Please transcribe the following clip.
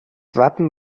wappen